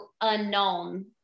unknown